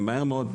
מהר מאוד,